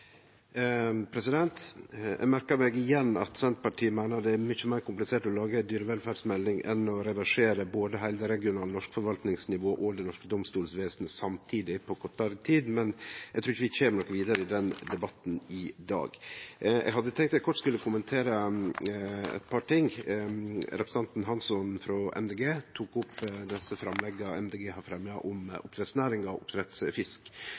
mykje meir komplisert å lage ei dyrevelferdsmelding enn å reversere både heile det regionale norske forvaltningsnivået og det norske domstolsvesenet samtidig på kortare tid, men eg trur ikkje vi kjem noko vidare i den debatten i dag. Eg hadde tenkt eg kort skulle kommentere eit par ting. Representanten Hansson frå Miljøpartiet Dei Grøne tok opp desse framlegga Miljøpartiet Dei Grøne har fremja om oppdrettsnæringa og oppdrettsfisk.